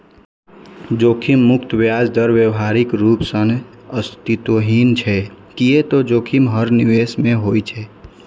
जोखिम मुक्त ब्याज दर व्यावहारिक रूप सं अस्तित्वहीन छै, कियै ते जोखिम हर निवेश मे होइ छै